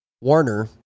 Warner